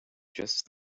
just